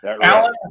Alan